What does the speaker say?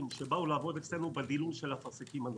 שבאו לעבוד אצלנו בדילול של האפרסקים.